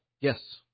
Yes